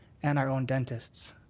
and our own dentists.